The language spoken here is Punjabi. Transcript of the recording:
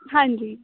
ਹਾਂਜੀ